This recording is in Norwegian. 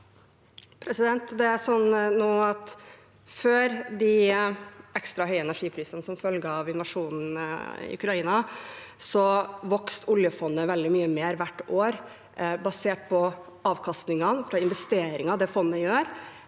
Før de ekstra høye energiprisene som følge av invasjonen i Ukraina vokste oljefondet veldig mye mer hvert år basert på avkastningene fra